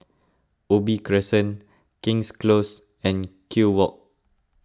Ubi Crescent King's Close and Kew Walk